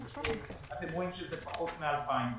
אתם רואים שזה פחות מ-2,000.